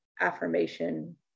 affirmation